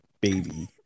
baby